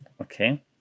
Okay